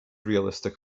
realistic